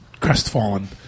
crestfallen